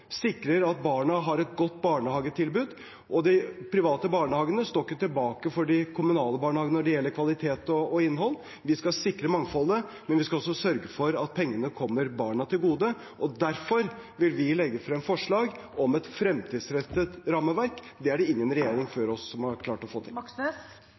sikrer at barna har et godt barnehagetilbud, og de private barnehagene står ikke tilbake for de kommunale barnehagene når det gjelder kvalitet og innhold. Vi skal sikre mangfoldet, men vi skal også sørge for at pengene kommer barna til gode, og derfor vil vi legge frem forslag om et fremtidsrettet rammeverk. Det er det ingen regjering før oss som har klart å få til.